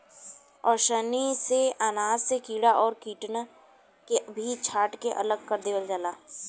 ओसैनी से अनाज से कीड़ा और कीटन के भी छांट के अलग कर देवल जाला